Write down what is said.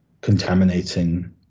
contaminating